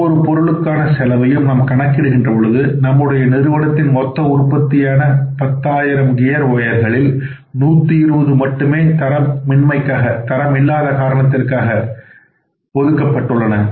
ஒவ்வொரு பொருளுக்கான செலவையும் நாம் கணக்கு இடுகின்றபொழுது நம்முடைய நிறுவனத்தின் மொத்த உற்பத்தியான 10000 கியர் ஒயர் களில் 120 மட்டுமே தரமிண்மைக்காக ஒதுக்கப்பட்டுள்ளன